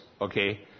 okay